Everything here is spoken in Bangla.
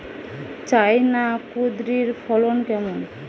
চায়না কুঁদরীর ফলন কেমন?